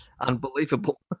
unbelievable